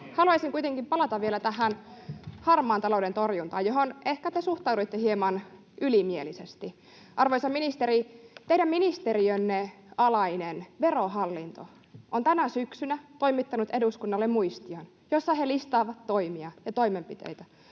Haluaisin kuitenkin palata vielä tähän harmaan talouden torjuntaan, johon te ehkä suhtauduitte hieman ylimielisesti. Arvoisa ministeri, teidän ministeriönne alainen Verohallinto on tänä syksynä toimittanut eduskunnalle muistion, jossa he listaavat toimia ja toimenpiteitä